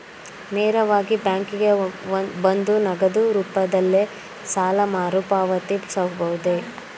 ನೇರವಾಗಿ ಬ್ಯಾಂಕಿಗೆ ಬಂದು ನಗದು ರೂಪದಲ್ಲೇ ಸಾಲ ಮರುಪಾವತಿಸಬಹುದೇ?